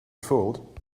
fooled